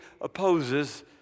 opposes